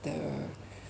the